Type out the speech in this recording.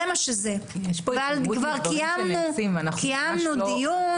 זה מה שזה וכבר קיימנו דיון,